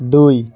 দুই